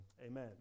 amen